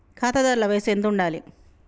ఖాతాదారుల వయసు ఎంతుండాలి?